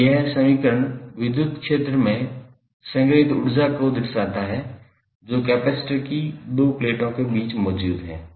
अब यह समीकरण विद्युत क्षेत्र में संग्रहीत ऊर्जा का दर्शाता करता है जो कैपेसिटर की दो प्लेटों के बीच मौजूद है